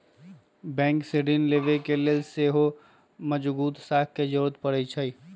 bank से ऋण लेबे के लेल सेहो मजगुत साख के जरूरी परै छइ